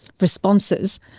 responses